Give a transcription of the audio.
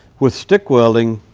with stick welding,